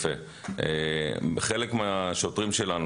חלק מהשוטרים שלנו,